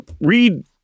read